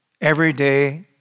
everyday